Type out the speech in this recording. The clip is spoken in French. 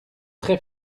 très